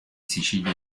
sicilia